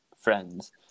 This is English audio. Friends